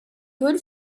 good